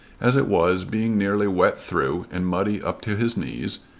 as it was, being nearly wet through and muddy up to his knees,